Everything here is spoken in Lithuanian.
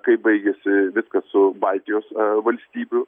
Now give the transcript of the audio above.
kaip baigiasi viskas su baltijos valstybių